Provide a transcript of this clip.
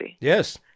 Yes